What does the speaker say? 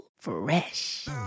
Fresh